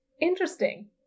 Interesting